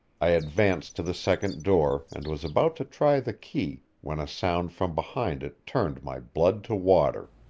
i advanced to the second door and was about to try the key when a sound from behind it turned my blood to water.